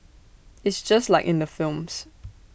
it's just like in the films